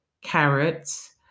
carrots